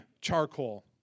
charcoal